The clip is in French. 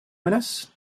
menacent